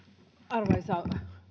arvoisa